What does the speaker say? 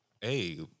hey